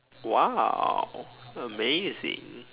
!wow! amazing